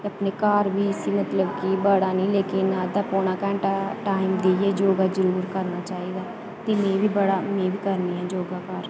ते अपने घर बी इसी कोई बड़ा निं की कोई अद्धा घैंटा जां कोई घैंटा देइयै योगा जरूर करना चाहिदा ते में बी बड़ा में बी योगा करनी आं घर